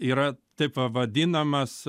yra taip va vadinamas